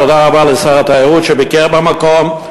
תודה רבה לשר התיירות שביקר במקום,